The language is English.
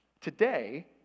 today